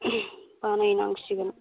बानायनांसिगोन